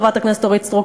חברת הכנסת אורית סטרוק,